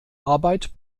arbeit